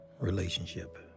relationship